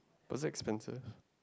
was it expensive